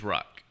Rock